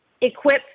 equip